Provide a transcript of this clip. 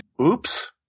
Oops